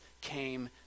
came